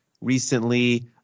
recently